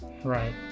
right